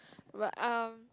but um